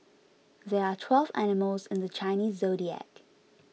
there are twelve animals in the Chinese zodiac